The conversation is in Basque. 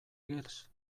girls